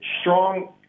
strong